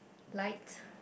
light